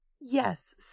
Yes